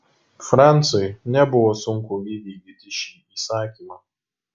franciui nebuvo sunku įvykdyti šį įsakymą